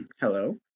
Hello